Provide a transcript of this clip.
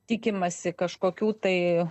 tikimasi kažkokių tai